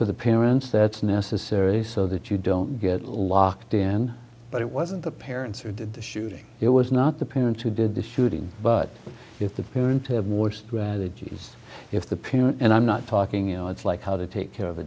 for the parents that's necessary so that you don't get locked in but it wasn't the parents or did the shooting it was not the parents who did the shooting but if the parent had more strategies if the pin and i'm not talking you know it's like how to take care of a